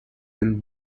then